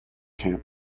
camp